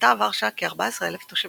מנתה ורשה כ-14,000 תושבים,